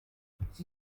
iki